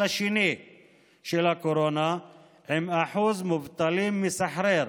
השני של הקורונה עם אחוז מובטלים מסחרר,